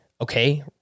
okay